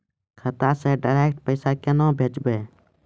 खाता से डायरेक्ट पैसा केना भेजबै?